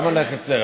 למה לקצר?